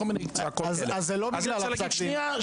אז זה --- אז זה לא בגלל פסק הדין.